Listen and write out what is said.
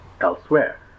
elsewhere